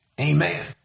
Amen